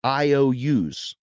IOUs